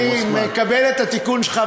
אני מקבל את התיקון שלך,